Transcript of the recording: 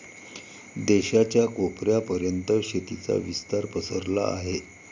देशाच्या कोपऱ्या पर्यंत शेतीचा विस्तार पसरला आहे